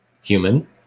human